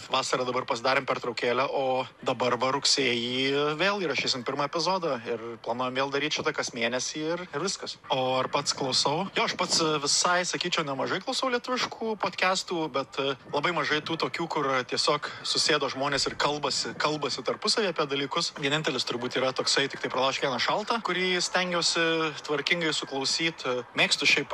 vasarą dabar pasidarėm pertraukėlę o dabar va rugsėjį vėl įrašysim pirmą epizodą ir planuojam vėl daryt šitą kas mėnesį ir ir viskas o ar pats klausau nu aš pats visai sakyčiau nemažai klausau lietuviškų podkestų bet labai mažai tų tokių kur tiesiog susėdo žmonės ir kalbasi kalbasi tarpusavyje apie dalykus vienintelis turbūt yra toksai tiktai pralaužk vieną šaltą kurį stengiuosi tvarkingai suklausyt mėgstu šiaip